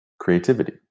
creativity